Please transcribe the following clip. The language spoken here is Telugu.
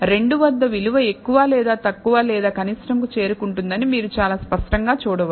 2 వద్ద విలువ ఎక్కువ లేదా తక్కువ లేదా కనిష్టం కు చేరుకుంటుందని మీరు చాలా స్పష్టంగా చూడవచ్చ